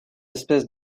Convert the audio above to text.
espèce